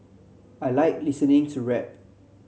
I like listening to rap